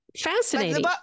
fascinating